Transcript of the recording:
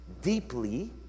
deeply